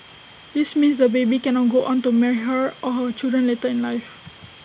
this means the baby cannot go on to marry her or her children later in life